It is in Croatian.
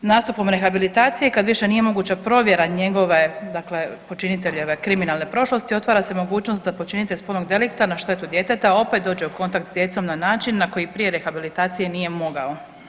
Nastupom rehabilitacije kad više nije moguća provjera njegove dakle počiniteljeve kriminalne prošlosti otvara se mogućnost da počinitelj spolnog delikta na štetu djeteta opet dođe u kontakt s djecom na način na koji prije rehabilitacije nije mogao.